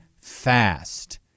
fast